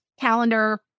calendar